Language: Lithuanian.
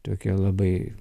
tokie labai